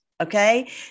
Okay